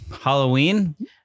Halloween